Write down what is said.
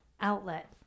outlet